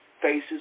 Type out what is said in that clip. faces